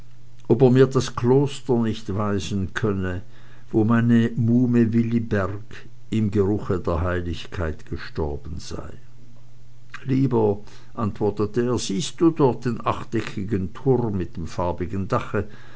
ob er mir das kloster nicht weisen könne wo meine muhme willibirg im geruche der heiligkeit gestorben sei lieber antwortete er siehest du dort den achteckigen turm mit dem farbigen dache